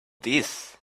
this